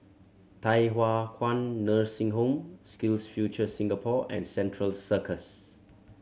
Thye Hua Kwan Nursing Home SkillsFuture Singapore and Central Circus